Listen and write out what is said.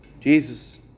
Jesus